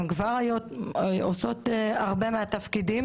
הן כבר היום עושות הרבה מהתפקידים